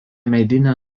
medinė